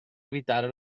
evitare